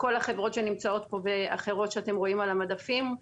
כל החברות שנמצאות כאן ואחרות שאתם רואים על המדפים.